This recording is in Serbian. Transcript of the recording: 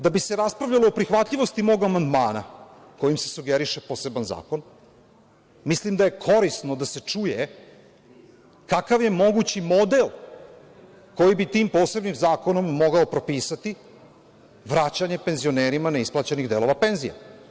Da bi se raspravljalo o prihvatljivosti mog amandmana kojim se sugeriše poseban zakon, mislim da je korisno da se čuje kakav je mogući model koji bi tim posebnim zakonom mogao propisati vraćanje penzionerima neisplaćenih delova penzija.